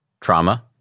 trauma